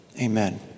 amen